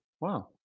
Wow